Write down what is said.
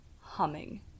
humming